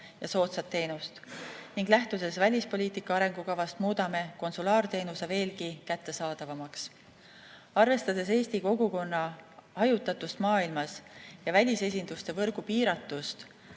ja soodsat teenust ning lähtudes välispoliitika arengukavast muudame konsulaarteenuse veelgi kättesaadavamaks. Arvestades Eesti kogukonna hajutatust maailmas ja välisesinduste võrgu piiratust,